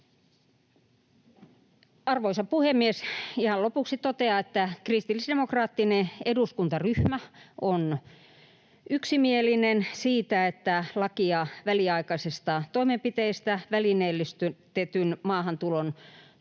Arvoisa puhemies! Ihan lopuksi totean, että kristillisdemokraattinen eduskuntaryhmä on yksimielinen siitä, että lakia väliaikaisista toimenpiteistä välineellistetyn maahantulon